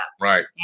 Right